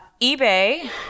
eBay